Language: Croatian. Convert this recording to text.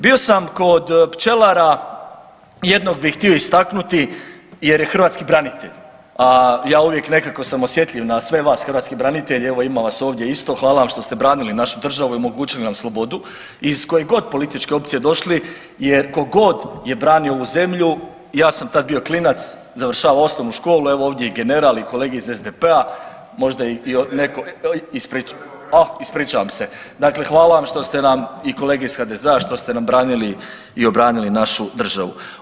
Bio sam kod pčelara, jednog bih htio istaknuti jer je hrvatski branitelj, a ja uvijek nekako sam osjetljiv na sve vas hrvatske branitelje, evo, ima vas ovdje isto, hvala vam što ste branili našu državu i omogućili nam slobodu iz koje god političke opcije došli jer tko god je branio ovu zemlju, ja sam tad bio klinac, završavao osnovnu školu, evo ovdje i general i kolege iz SDP-a, možda i netko ... [[Upadica se ne čuje.]] o ispričavam se, dakle hvala vam što ste nam, i kolege iz HDZ-a, što ste nam branili i obranili našu državu.